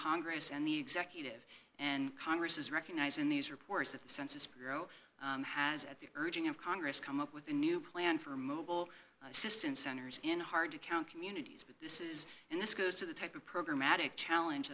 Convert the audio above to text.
congress and the executive and congress is recognizing these reports that the census bureau has at the urging of congress come up with a new plan for mobile assistance centers in hard to count communities this is and this goes to the type of program magic challenge